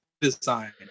design